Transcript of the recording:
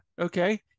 Okay